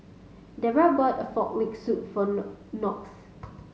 Debra bought a frog leg soup for Knox